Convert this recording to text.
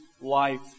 life